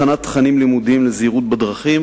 הכנת תכנים לימודיים לזהירות בדרכים